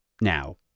now